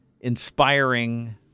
inspiring